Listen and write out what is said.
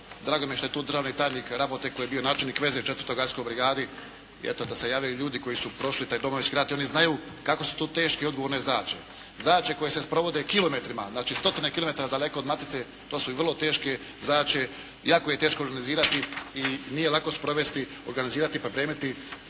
Drago mi je što je tu državni tajnik Rabotek koji je bio načelnik veze u 4. gardijskoj brigadi i eto da se javljaju ljudi koji su prošli taj Domovinski rat i oni znaju kako su to teške i odgovorne zadaće, zadaće koje se sprovode kilometrima, znači stotine kilometara daleko od matice. To su vrlo teške zadaće i jako je teško organizirati i nije lako sprovesti, organizirati, pripremiti